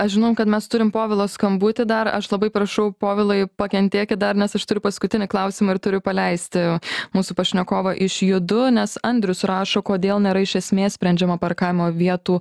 aš žinau kad mes turim povilo skambutį dar aš labai prašau povilai pakentėkit dar nes aš turiu paskutinį klausimą ir turiu paleisti mūsų pašnekovą iš judu nes andrius rašo kodėl nėra iš esmės sprendžiama parkavimo vietų